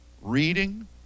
reading